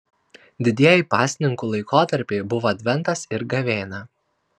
didieji pasninkų laikotarpiai buvo adventas ir gavėnia